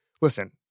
listen